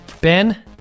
Ben